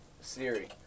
Siri